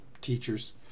teachers